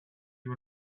you